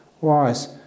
wise